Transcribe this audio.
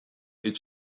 est